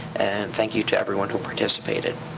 thank you to everyone who participated.